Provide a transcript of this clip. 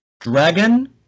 dragon